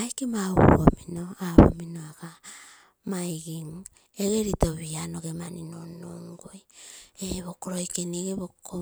aike mauga omino apomino aga maigim ege rito pianoge mani nunnugui ee poko loiken ege poko.